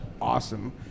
awesome